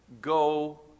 go